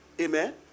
Amen